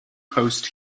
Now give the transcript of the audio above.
post